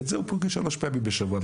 ואת זה הוא פוגש שלוש פעמים בשבוע.